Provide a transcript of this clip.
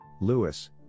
Lewis